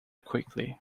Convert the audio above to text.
quickly